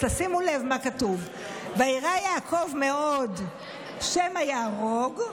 אז תשימו לב מה כתוב: ויירא יעקב מאוד שמא ייהרג,